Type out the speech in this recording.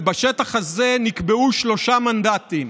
ובשטח הזה נקבעו שלושה מנדטים: